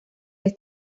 vez